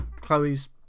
Chloe's